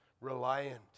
reliant